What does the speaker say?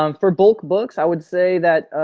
um for bulk books, i would say that